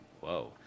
Whoa